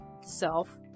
self